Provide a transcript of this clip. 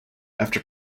after